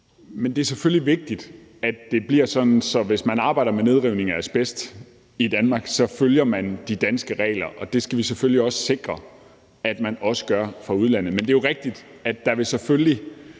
Men det er selvfølgelig vigtigt, at det bliver sådan, at hvis man arbejder med nedrivning af asbest i Danmark, følger man de danske regler, og det skal vi selvfølgelig også sikre at man også gør fra udlandet. Men det er jo rigtigt, at der udestår en